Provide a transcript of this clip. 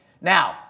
now